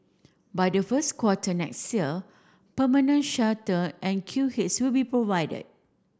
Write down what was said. by the first quarter next year permanent shelter and queue heads will be provided